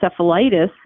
encephalitis